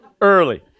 early